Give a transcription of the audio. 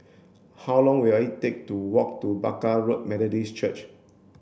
how long will it take to walk to Barker Road Methodist Church